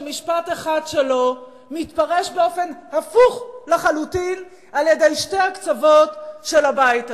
שמשפט אחד שלו מתפרש באופן הפוך לחלוטין על-ידי שני הקצוות של הבית הזה.